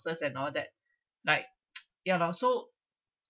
and all that like ya lor so